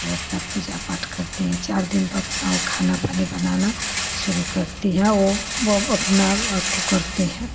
तो अपना पूजा पाठ करती है चार दिन पर अपना वो खाना पानी बनाना शुरू करती है अपना वो अतु करती है